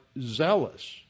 zealous